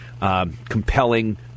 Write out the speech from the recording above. compelling